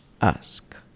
ask